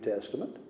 Testament